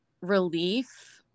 relief